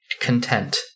content